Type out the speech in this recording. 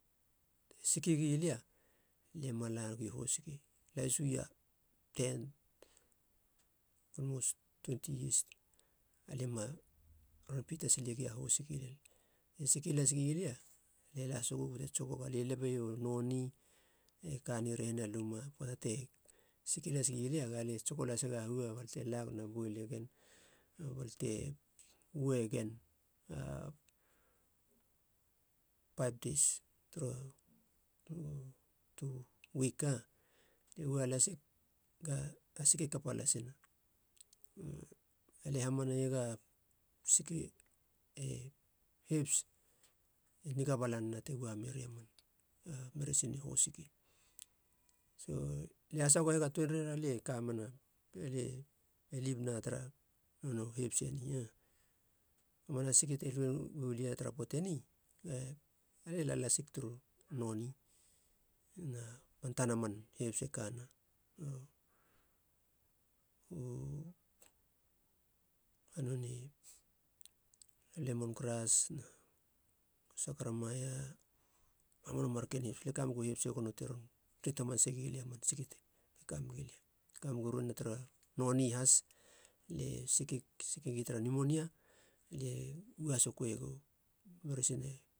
Te siki gi lie ma lagi hosiki, lahisu ia, ten olmos twenty ies. Lie ma ron pita silegi a hosiki, te siki las gi lia, lie la sokög bate tsoke ieg, lie lebe io noni e kane rehina luma, pöata te siki lasgi lia galie tsoko lasega hua balia te lag na boele gen balia te ue gen a five deis, turu töa wik lie ua lasig ga sike kapa lasina, alie hamane iega sike, e hebs e niga bala nena te ua meri man meresin ni hosiki. So lie hasagoho ga tuenre ra lia kamena be lib na tara hebs eni manana siki te lue nolia tara poate ni alia la lasig turu noni na man tana man hebs e kana no u hanonei, lemon gras na sakramaia mamanu marken hebs. Lie kamegu hebs e gono te ron tret hamanase gilia man siki te kamegu lia kamegu roena tara noni has, lie siki siki gia tara nemonia lie ua sokö iegu meresin.